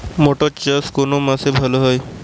মটর চাষ কোন মাসে ভালো হয়?